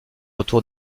retour